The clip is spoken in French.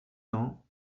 ans